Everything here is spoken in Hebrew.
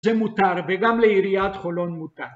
זה מותר וגם לעיריית חולון מותר